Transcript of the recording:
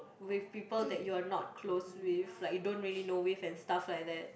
with people that you're not close with like you don't really know with and stuff like that